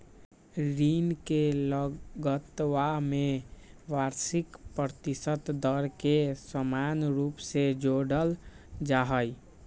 ऋण के लगतवा में वार्षिक प्रतिशत दर के समान रूप से जोडल जाहई